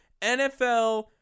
NFL